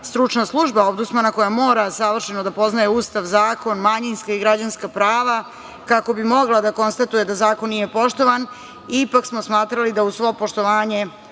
stručna služba ombudsmana koja mora savršeno da poznaje Ustav, zakon, manjinska i građanska prava kako bi mogla da konstatuje da zakon nije poštovan, ipak smo smatrali da uz svo poštovanje,